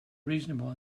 reasonable